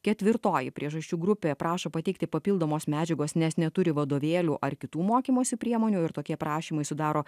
ketvirtoji priežasčių grupė prašo pateikti papildomos medžiagos nes neturi vadovėlių ar kitų mokymosi priemonių ir tokie prašymai sudaro